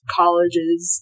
colleges